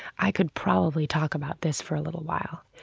i could probably talk about this for a little while.